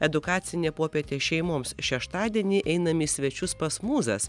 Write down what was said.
edukacinė popietė šeimoms šeštadienį einam į svečius pas mūzas